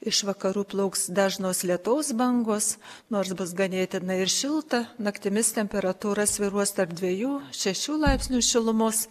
iš vakarų plauks dažnos lietaus bangos nors bus ganėtinai šilta naktimis temperatūra svyruos tarp dviejų šešių laipsnių šilumos